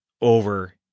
over